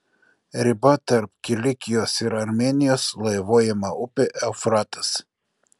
riba tarp kilikijos ir armėnijos laivuojama upė eufratas